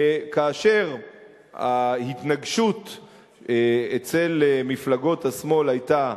כאשר ההתנגשות אצל מפלגות השמאל היתה,